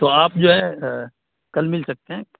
تو آپ جو ہے کل مل سکتے ہیں